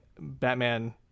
batman